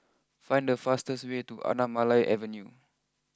find the fastest way to Anamalai Avenue